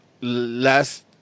Last